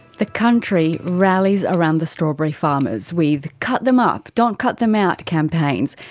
the country rallies around the strawberry farmers, with cut them up, don't cut them out campaigns.